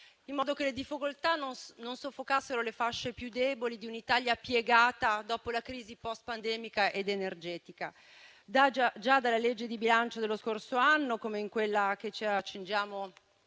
in modo che le difficoltà non soffocassero le fasce più deboli di un'Italia piegata dopo la crisi post pandemica ed energetica. Già dalla legge di bilancio dello scorso anno, come in quella che ci accingiamo